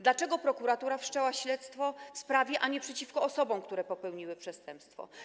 Dlaczego prokuratura wszczęła śledztwo w sprawie, a nie przeciwko osobom, które popełniły przestępstwo?